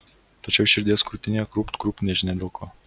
tačiau širdis krūtinėje krūpt krūpt nežinia dėl ko